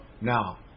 now